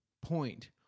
point